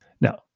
Now